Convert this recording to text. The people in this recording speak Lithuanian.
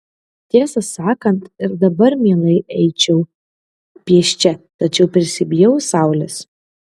tiesą sakant ir dabar mielai eičiau pėsčia tačiau prisibijau saulės